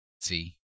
see